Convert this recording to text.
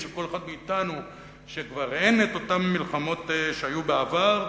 של כל אחד מאתנו שכבר אין אותן מלחמות שהיו בעבר,